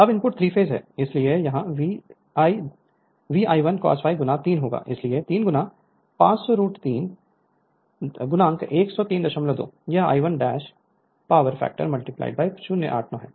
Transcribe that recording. अब input 3 phase है इसलिए यह 3 VI1 cos Φ होगा इसलिए 3 500 रूट 3 1032 यह I 1 पावर फैक्टर 089 है